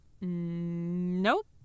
Nope